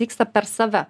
vyksta per save